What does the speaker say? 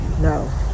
No